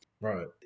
Right